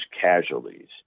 casualties